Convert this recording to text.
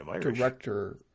director